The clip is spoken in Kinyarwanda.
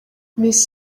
miss